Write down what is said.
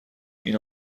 این